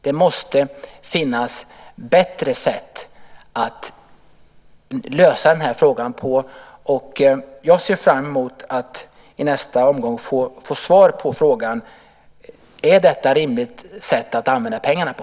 Det måste finnas bättre sätt att lösa den här frågan, och jag ser fram emot att i nästa omgång få svar på frågan om detta är ett rimligt sätt att använda pengarna på.